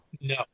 No